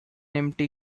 empty